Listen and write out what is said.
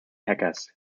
hackers